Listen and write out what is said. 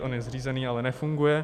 On je zřízený, ale nefunguje.